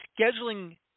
scheduling